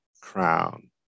crown